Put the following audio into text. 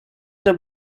der